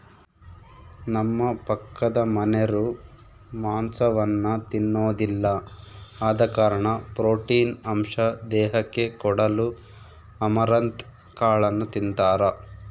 ನಮ್ಮ ಪಕ್ಕದಮನೆರು ಮಾಂಸವನ್ನ ತಿನ್ನೊದಿಲ್ಲ ಆದ ಕಾರಣ ಪ್ರೋಟೀನ್ ಅಂಶ ದೇಹಕ್ಕೆ ಕೊಡಲು ಅಮರಂತ್ ಕಾಳನ್ನು ತಿಂತಾರ